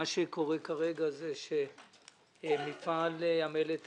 מה שקורה כרגע זה שמפעל ה"מלט הר-טוב"